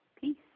Peace